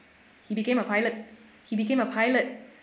he became a pilot he became a pilot